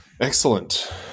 Excellent